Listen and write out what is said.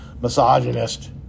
misogynist